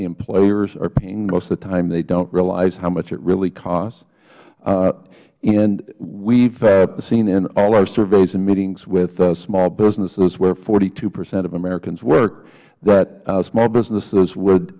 employers are paying most of the time they don't realize how much it really costs and we have seen in all our surveys and meetings with small businesses where forty two percent of americans work that small businesses would